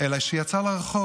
הייתה תמיד, אלא היא יצאה לרחוב.